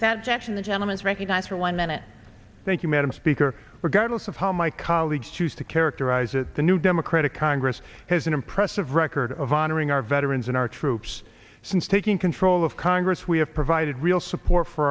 that section the gentleman is recognized for one minute thank you madam speaker regardless of how my colleagues to stick characterize it the new democratic congress has an impressive record of honoring our veterans and our troops since taking control of congress we have provided real support for